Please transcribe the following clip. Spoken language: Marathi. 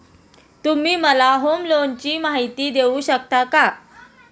तुम्ही मला होम लोनची माहिती देऊ शकता का?